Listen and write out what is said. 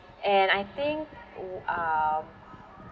and I think o~ um